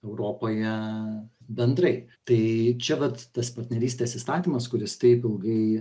europoje bendrai tai čia vat tas partnerystės įstatymas kuris taip ilgai